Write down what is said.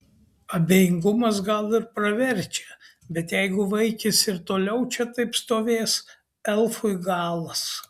abejingumas gal ir praverčia bet jeigu vaikis ir toliau čia taip stovės elfui galas